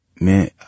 Man